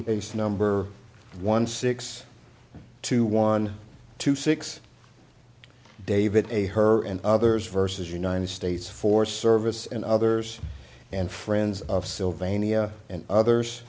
base number one six two one two six david a her and others versus united states for service and others and friends of sylvania and others